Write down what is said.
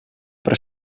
per